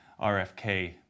RFK